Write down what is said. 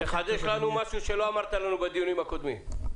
תחדש לנו משהו שלא אמרת לנו בדיונים הקודמים.